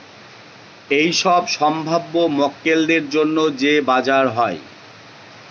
এইসব সম্ভাব্য মক্কেলদের জন্য যে বাজার হয়